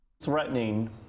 Threatening